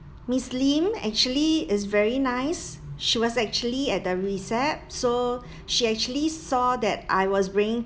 miss lim actually is very nice she was actually at the recept so she actually saw that I was bringing